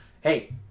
hey